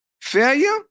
Failure